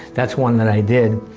that's one that i did,